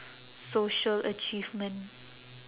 social achievement